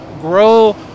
grow